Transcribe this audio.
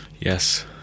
yes